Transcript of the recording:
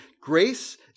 grace